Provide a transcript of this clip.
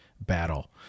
battle